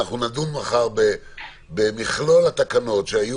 נדון מחר במכלול התקנות שהיו